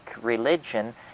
religion